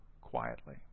quietly